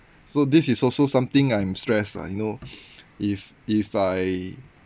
so this is also something I'm stress lah you know if if I